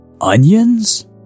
onions